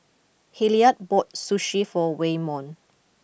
Hilliard bought Sushi for Waymon